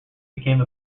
became